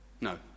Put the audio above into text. no